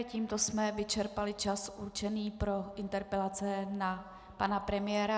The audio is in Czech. Tímto jsme vyčerpali čas určený pro interpelace na pana premiéra.